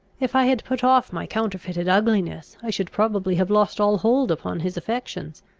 if i had put off my counterfeited ugliness, i should probably have lost all hold upon his affections.